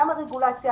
גם הרגולציה,